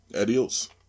Adios